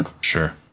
Sure